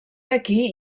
d’aquí